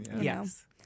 yes